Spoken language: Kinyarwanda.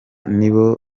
nibo